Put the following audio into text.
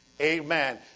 Amen